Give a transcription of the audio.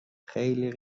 خیلی